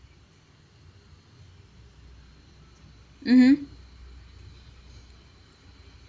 mmhmm